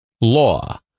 law